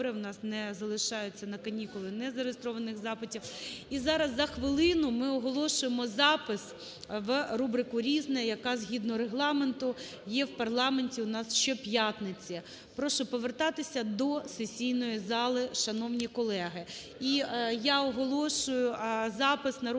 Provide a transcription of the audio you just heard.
добре, у нас не залишається на канікули незареєстрованих запитів. І зараз, за хвилину, ми оголошуємо запис в рубрику "Різне", яке, згідно Регламенту, є в парламенті у нас щоп'ятниці. Прошу повертатися о сесійної зали, шановні колеги.